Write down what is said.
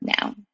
now